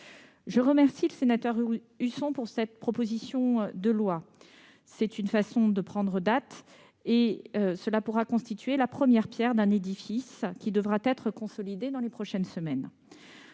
Je remercie le sénateur Jean-François Husson de cette proposition de loi. C'est une manière de prendre date. Cela pourra constituer la première pierre d'un édifice qui devra être consolidé dans les prochaines semaines.